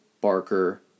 Barker